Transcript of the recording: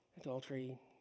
adultery